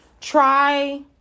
try